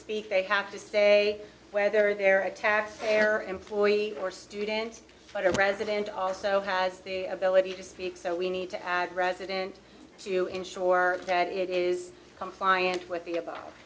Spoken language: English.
speak they have to say whether they're attacked their employee or student but our president also has the ability to speak so we need to add resident to ensure that it is compliant with the about